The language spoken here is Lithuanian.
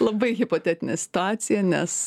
labai hipotetinė situacija nes